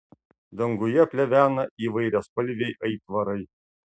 danguje plevena įvairiaspalviai aitvarai